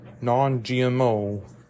non-GMO